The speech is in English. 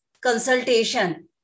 consultation